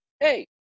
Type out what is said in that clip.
hey